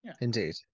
Indeed